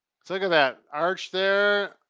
so like that, arch there.